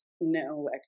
no